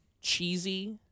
cheesy